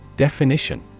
Definition